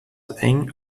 eng